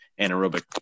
anaerobic